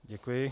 Děkuji.